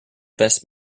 best